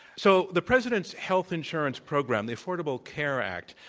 so the president's health insurance program, the affordable care act,